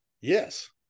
yes